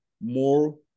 more